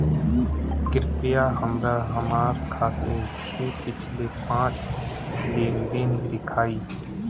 कृपया हमरा हमार खाते से पिछले पांच लेन देन दिखाइ